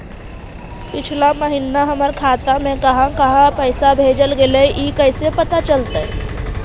पिछला महिना हमर खाता से काहां काहां पैसा भेजल गेले हे इ कैसे पता चलतै?